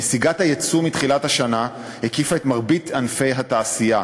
נסיגת היצוא מתחילת השנה הקיפה את מרבית ענפי התעשייה.